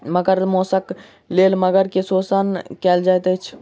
मगर मौसक लेल मगर के शोषण कयल जाइत छल